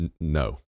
No